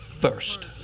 first